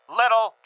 little